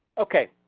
ok,